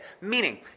Meaning